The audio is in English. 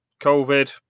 COVID